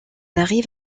arrive